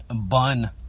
bun